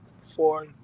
four